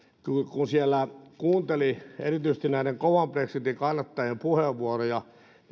kun siellä kuunteli erityisesti näiden kovan brexitin kannattajien puheenvuoroja